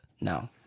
No